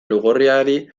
lugorriari